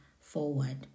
forward